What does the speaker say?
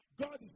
God